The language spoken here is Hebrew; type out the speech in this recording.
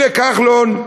הנה כחלון,